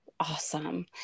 Awesome